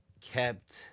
kept